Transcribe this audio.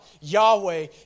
Yahweh